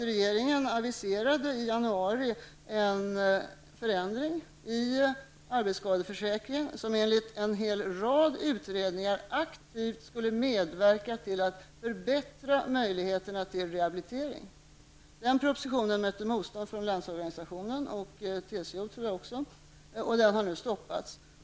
Regeringen aviserade i januari en förändring i arbetsskadeförsäkringen som enligt en rad utredningar aktivt skulle medverka till att förbättra möjligheterna till rehabilitering. Propositionen mötte motstånd från Landsorganisationen och, tror jag, även från TCO, och den har nu stoppats.